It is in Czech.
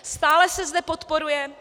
Stále se zde podporuje...